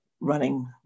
running